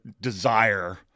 desire